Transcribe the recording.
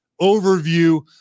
overview